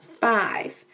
five